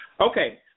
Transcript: Okay